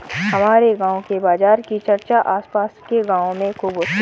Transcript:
हमारे गांव के बाजार की चर्चा आस पास के गावों में खूब होती हैं